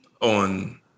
On